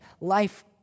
life